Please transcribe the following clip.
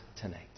tonight